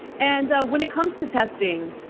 and when it comes to testing,